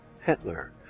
Hitler